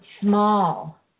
small